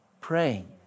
praying